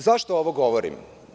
Zašto ovo govorim?